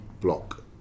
block